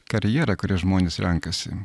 karjera kurią žmonės renkasi